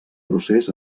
procés